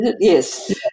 Yes